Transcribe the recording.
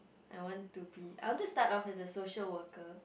I want to be I wanted to start off as a social worker